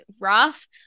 rough